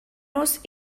nos